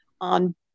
on